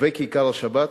וב"כיכר השבת",